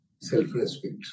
self-respect